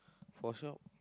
for sure